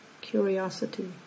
curiosity